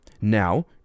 now